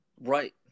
right